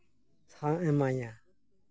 ᱮᱢᱟᱧᱟ